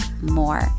more